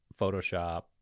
Photoshop